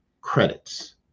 credits